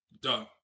Duh